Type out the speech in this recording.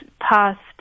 past